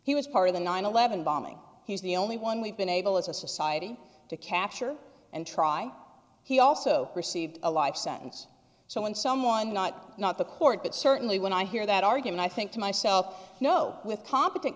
he was part of the nine eleven bombing he's the only one we've been able as a society to capture and try he also received a life sentence so when someone not not the court but certainly when i hear that argument i think to myself you know with competent